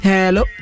Hello